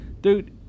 dude